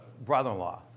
brother-in-law